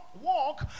walk